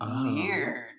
Weird